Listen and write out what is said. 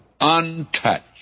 untouched